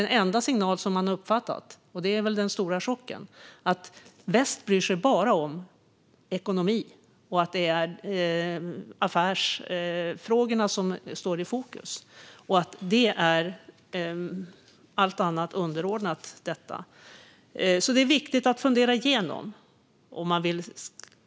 Den enda signal som man har uppfattat - och det är väl den stora chocken - är nämligen att väst bara bryr sig om ekonomi, att det är affärsfrågorna som står i fokus och att allt annat är underordnat detta. Det är alltså viktigt att fundera igenom detta.